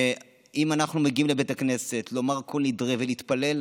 ואם אנחנו מגיעים לבית הכנסת לומר קול נדרי ולהתפלל,